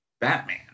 Batman